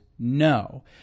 No